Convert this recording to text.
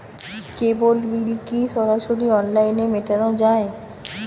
কেবল bill কি সরাসরি অনলাইনে মেটানো য়ায়?